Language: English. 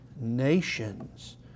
nations